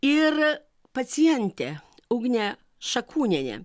ir pacientė ugnė šakūnienė